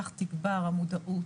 כך תגבר המודעות,